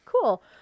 cool